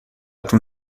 تون